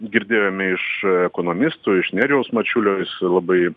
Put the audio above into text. girdėjome iš ekonomistų iš nerijaus mačiulio jis labai